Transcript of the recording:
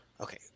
Okay